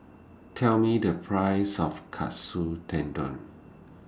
Tell Me The Price of Katsu Tendon